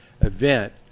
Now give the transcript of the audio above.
event